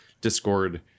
discord